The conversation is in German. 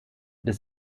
des